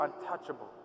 untouchable